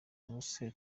ubuse